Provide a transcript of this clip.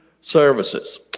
Services